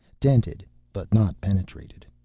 dented, but not penetrated.